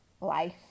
life